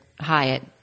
Hyatt